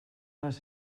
les